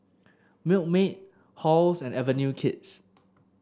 Milkmaid Halls and Avenue Kids